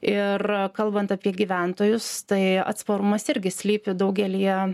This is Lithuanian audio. ir kalbant apie gyventojus tai atsparumas irgi slypi daugelyje